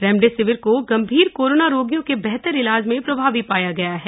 remdesivir को गंभीर corona रोगियों के बेहतर इलाज में प्रभावी पाया गया है